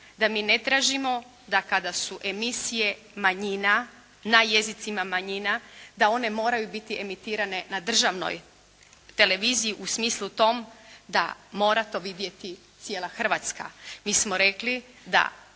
da mi ne tražimo da kada su emisije manjina na jezicima manjina da one moraju biti emitirane na državnoj televiziji u smislu tom da mora to vidjeti cijela Hrvatska. Mi smo rekli da